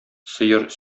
сыер